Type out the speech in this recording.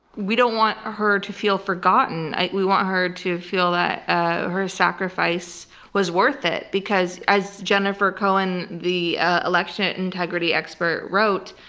we don't want her to feel forgotten. we want her to feel that her sacrifice was worth it, because as jennifer cohen, the election integrity expert, wrote,